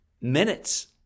Minutes